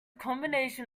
combination